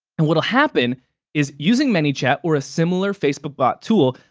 and what'll happen is, using manychat or a similar facebook bot tool,